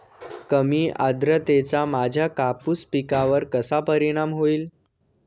कमी आर्द्रतेचा माझ्या कापूस पिकावर कसा परिणाम होईल?